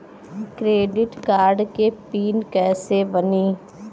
Credit card के PIN कैसे बनी?